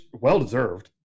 well-deserved